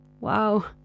Wow